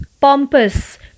pompous